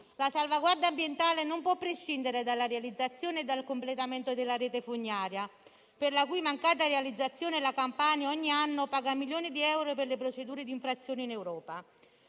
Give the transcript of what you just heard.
La salvaguardia ambientale non può prescindere dalla realizzazione e dal completamento della rete fognaria, per la cui mancata realizzazione la Campania, ogni anno, paga milioni di euro per le procedure di infrazione in Europa.